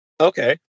Okay